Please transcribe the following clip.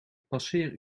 passeer